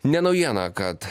ne naujiena kad